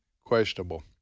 questionable